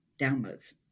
downloads